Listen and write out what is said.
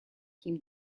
him